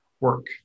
work